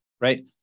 right